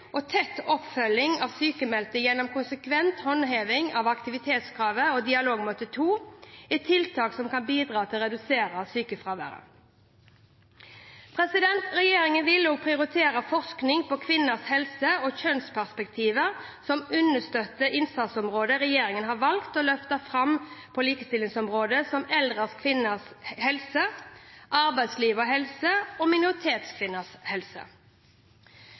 gjennom konsekvent håndheving av aktivitetskravet og dialogmøte 2 er tiltak som kan bidra til å redusere sykefraværet. Regjeringen vil prioritere forskning på kvinners helse og kjønnsperspektiver som understøtter innsatsområder regjeringen har valgt å løfte fram på likestillingsområdet, som eldre kvinners helse, arbeidsliv og helse og minoritetskvinners helse.